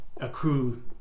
accrue